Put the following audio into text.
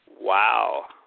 Wow